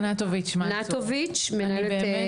נטוביץ, מנהלת